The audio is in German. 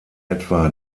etwa